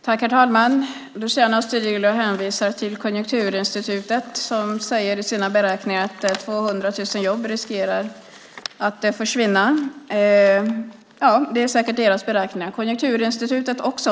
Herr talman! Luciano Astudillo hänvisar till Konjunkturinstitutet som i sina beräkningar säger att 100 000 jobb riskerar att försvinna. Ja, det är säkert Konjunkturinstitutets beräkningar.